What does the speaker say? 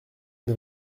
une